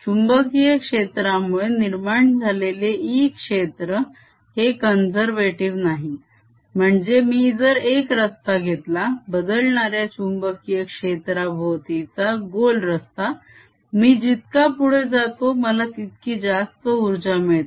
चुंबकीय क्षेत्रामुळे निर्माण झालेले E क्षेत्र हे कॉन्झेरवेटीव नाही म्हणजे मी जर एक रस्ता घेतला बदलणाऱ्या चुंबकीय क्षेत्राभोवातीचा गोल रस्ता मी जितका पुढे जातो मला तितकी जास्त उर्जा मिळते